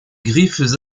griffes